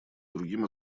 другим